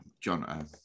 John